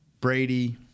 Brady